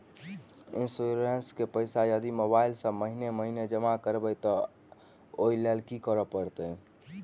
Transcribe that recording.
Insurance केँ पैसा यदि मोबाइल सँ महीने महीने जमा करबैई तऽ ओई लैल की करऽ परतै?